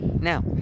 Now